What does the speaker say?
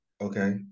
Okay